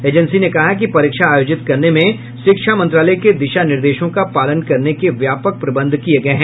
agency ने कहा है कि परीक्षा आयोजित करने में शिक्षा मंत्रालय के दिशा निर्देशों का पालन करने के व्यापक प्रबंध किये गये हैं